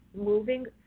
moving